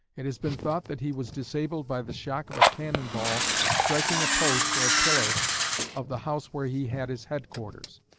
it has been thought that he was disabled by the shock of a cannon-ball striking a post or pillar of the house where he had his headquarters.